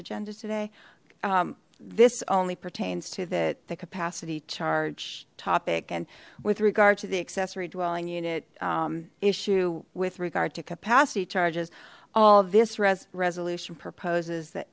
agenda today this only pertains to the the capacity charge topic and with regard to the accessory dwelling unit issue with regard to capacity charges all this resolution proposes that